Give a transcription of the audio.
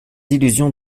illusions